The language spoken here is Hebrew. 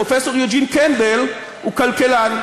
פרופסור יוג'ין קנדל הוא כלכלן,